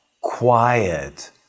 quiet